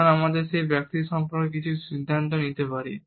তখন আমরা সেই ব্যক্তি সম্পর্কে কিছু সিদ্ধান্ত নিতে পারি